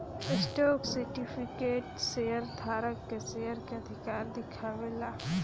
stock certificate share धारक के share के अधिकार दिखावे ला